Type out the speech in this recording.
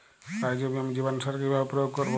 Rhizobium জীবানুসার কিভাবে প্রয়োগ করব?